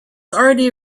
already